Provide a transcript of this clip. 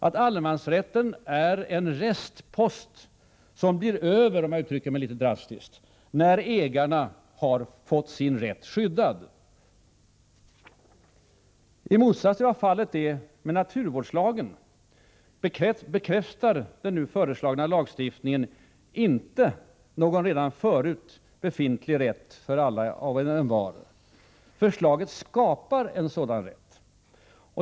För att uttrycka sig litet drastiskt kan man säga att allemansrätten är en restpost, som blir över när ägarna har fått sin rätt skyddad. I motsats till vad fallet är med naturvårdslagen bekräftar den nu föreslagna lagstiftningen inte någon redan förefintlig rätt för alla och envar. Förslaget tillskapar en sådan rätt.